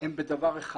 הם בדבר אחד.